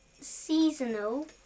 seasonal